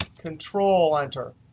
control enter,